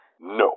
No